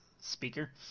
Speaker